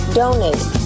donate